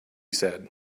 said